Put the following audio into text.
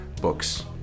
books